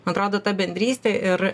man atrodo ta bendrystė ir